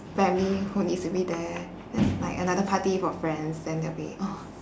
family who needs to be there there's like another party for friends then there'll be oh